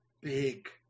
big